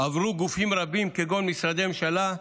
עברו גופים רבים כגון משרדי ממשלה,